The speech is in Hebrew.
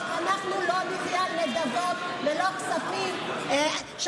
אנחנו מחפשים פתרונות, אנחנו